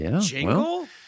Jingle